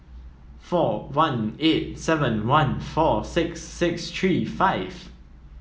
four one eight seven one four six six three five